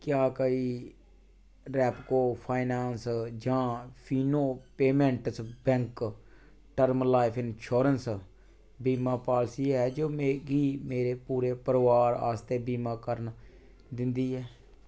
क्या कोई Repco finance जां Fino payments bank term life insurance बीमा पालसी ऐ जो मिगी मेरे पूरे परोआर आस्तै बीमा करन दिंदी ऐ